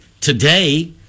today